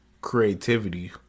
creativity